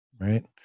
right